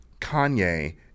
Kanye